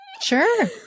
sure